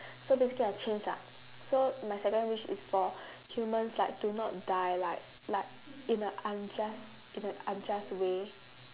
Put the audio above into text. so basically I change lah so my second wish is for humans like to not die like like in a unjust in a unjust way